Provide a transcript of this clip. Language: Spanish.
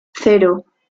cero